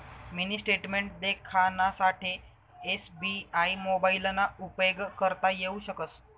mini statement देखानासाठे SBI मोबाइलना उपेग करता येऊ शकस